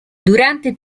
durante